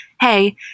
hey